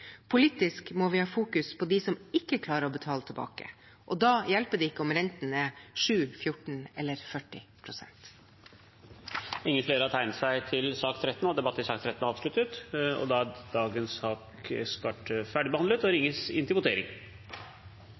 Politisk må vi fokusere på dem som ikke klarer å betale tilbake, og da hjelper det ikke om renten er 7, 14 eller 40 pst. Flere har ikke bedt om ordet til sak nr. 13. Da er Stortinget klar til å gå til votering. Det er